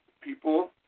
people